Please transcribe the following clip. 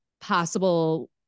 possible